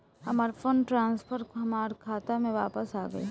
हमार fund transfer हमार खाता में वापस आ गइल